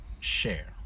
Share